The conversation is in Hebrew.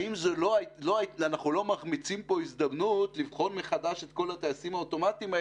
האם אנחנו לא מחמיצים פה הזדמנות לבחון מחדש את כל הטייסים האוטומטים,